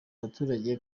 abaturage